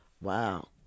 wow